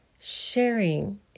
sharing